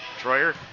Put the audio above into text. Troyer